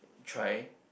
try